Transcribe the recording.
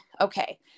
okay